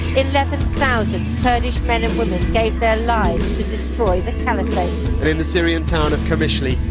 eleven thousand kurdish men and women gave their lives to destroy the caliphate and in the syrian town of qamishli,